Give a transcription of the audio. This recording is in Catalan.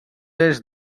est